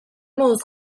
moduz